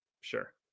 Sure